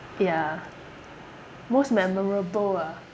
ya most memorable ah